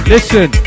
Listen